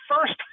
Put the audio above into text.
first